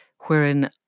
wherein